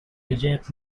rejects